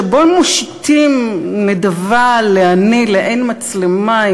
שבו מושיטים נדבה לעני לעין מצלמה,